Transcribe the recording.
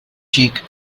cheek